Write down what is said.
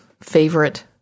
favorite